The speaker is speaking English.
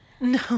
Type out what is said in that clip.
No